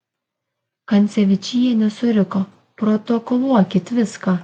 kancevyčienė suriko protokoluokit viską